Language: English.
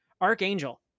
Archangel